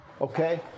okay